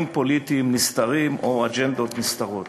פוליטיים נסתרים או אג'נדות נסתרות.